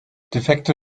defekte